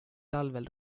talvel